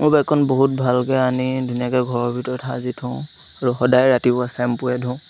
মোৰ বাইকখন বহুত ভালকৈ আনি ধুনীয়াকৈ ঘৰৰ ভিতৰত সজায় থওঁ আৰু সদায় ৰাতিপুৱা চেম্পুৰে ধুওঁ